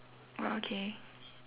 ah okay